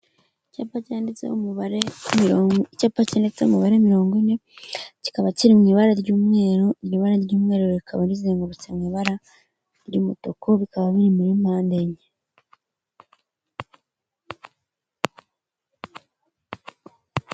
Icyapa cyanyanditseho umubare icyapa cyanditseho umubare mirongo ine, kikaba kiri mu ibara ry'umweru, iryo bara ry'umweru rikaba rizengurutse mu ibara ry'umutuku bikaba biri muri mpande enye.